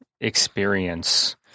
experience